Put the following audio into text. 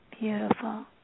Beautiful